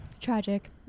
tragic